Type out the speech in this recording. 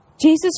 Jesus